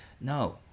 No